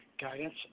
guidance